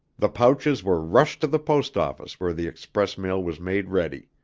the pouches were rushed to the post office where the express mail was made ready.